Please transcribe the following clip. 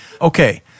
Okay